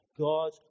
God